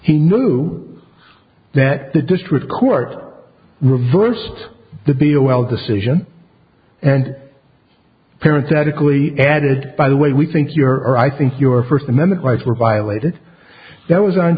he knew that the district court reversed the b o l decision and parents adequately added by the way we think you are i think your first amendment rights were violated that was on